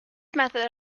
method